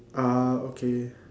ah okay